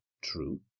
true